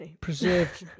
preserved